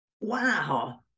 Wow